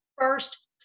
first